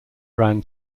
ran